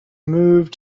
move